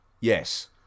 Yes